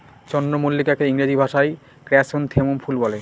চন্দ্রমল্লিকাকে ইংরেজি ভাষায় ক্র্যাসনথেমুম ফুল বলে